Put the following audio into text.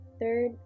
Third